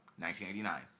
1989